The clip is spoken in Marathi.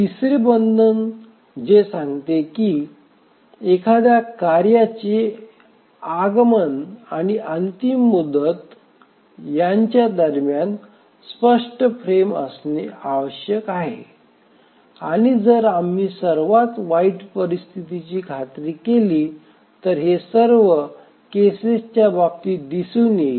तिसरे बंधन जे सांगते की एखाद्या कार्याचे आगमन आणि अंतिम मुदत यांच्या दरम्यान स्पष्ट फ्रेम असणे आवश्यक आहे आणि जर आम्ही सर्वात वाईट परिस्थितीची खात्री केली तर हे सर्व केसेसच्या बाबतीत दिसून येईल